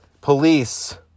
police